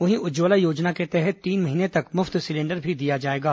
वहीं उज्जवला योजना के तहत तीन महीने तक मुफ्त सिलेंडर भी दिया जाएगा